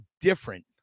different